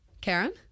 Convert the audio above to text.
Karen